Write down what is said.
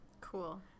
Cool